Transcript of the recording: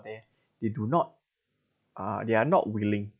they they do not uh they are not willing